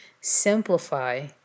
Simplify